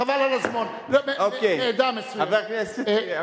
חבל על הזמן, מעדה מסוימת.